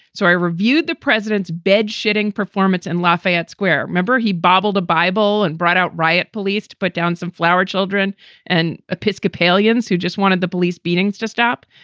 so i reviewed the president's bed shifting performance in lafayette square. remember, he babbled a bible and brought out riot police, put down some flower children and episcopalians who just wanted the police beatings to stop.